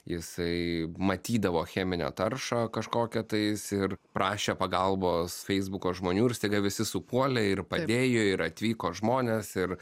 jisai matydavo cheminę taršą kažkokią tai jis ir prašė pagalbos feisbuko žmonių ir staiga visi supuolė ir padėjo ir atvyko žmonės ir